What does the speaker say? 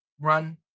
run